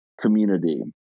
community